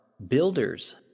Builders